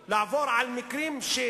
וסיפרה את סיפורה לדוד שלה,